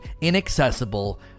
inaccessible